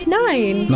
nine